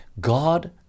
God